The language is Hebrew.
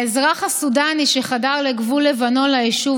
האזרח הסודני שחדר מגבול לבנון ליישוב